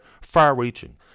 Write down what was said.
far-reaching